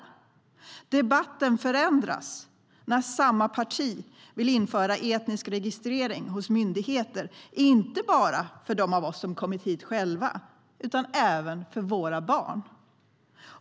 Debatten förändras när samma parti vill införa etnisk registrering hos myndigheter inte bara av dem av oss som själva kommit hit utan även av våra barn.